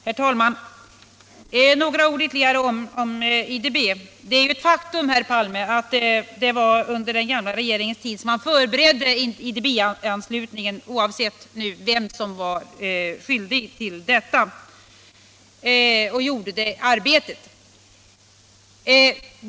Herr talman! Några ord ytterligare om IDB. Det är ju ett faktum, herr Palme, att det var under den gamla regeringens tid man förberedde IDB-anslutningen, oavsett vem som var skyldig till detta och vem som gjorde arbetet.